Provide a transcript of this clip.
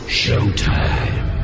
showtime